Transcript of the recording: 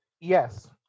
Yes